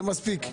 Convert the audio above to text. זה מספיק.